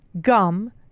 gum